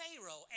Pharaoh